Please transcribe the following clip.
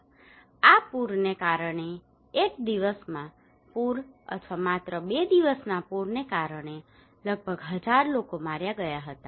આ પૂરને કારણે એક દિવસ પૂર અથવા માત્ર 2 દિવસના પૂરને કારણે લગભગ 1000 લોકો માર્યા ગયા હતા